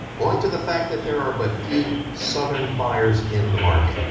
owing to the fact that there are but few southern buyers in the market.